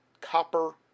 copper